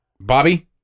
bobby